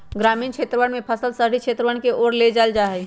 ग्रामीण क्षेत्रवन से फसल शहरी क्षेत्रवन के ओर ले जाल जाहई